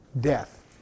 death